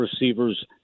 receivers